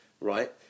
right